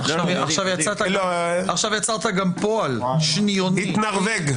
עכשיו יצרת גם פועל שניוני "להתנרבג".